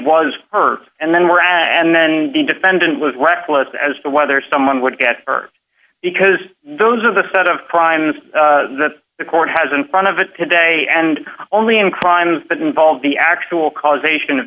was hurt and then were and then the defendant was reckless as to whether someone would get hurt because those are the set of primes that the court has in front of it today and only in crimes that involve the actual causation of